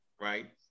right